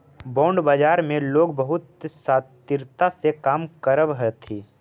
bond बाजार में लोग बहुत शातिरता से काम करऽ हथी